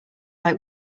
like